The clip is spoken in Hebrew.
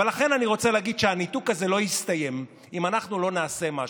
ולכן אני רוצה להגיד שהניתוק הזה לא יסתיים אם אנחנו לא נעשה משהו.